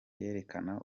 yerekana